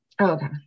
Okay